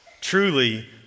Truly